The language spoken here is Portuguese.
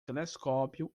telescópio